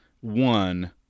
one